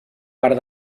per